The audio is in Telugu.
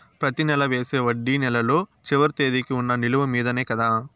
ప్రతి నెల వేసే వడ్డీ నెలలో చివరి తేదీకి వున్న నిలువ మీదనే కదా?